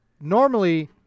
normally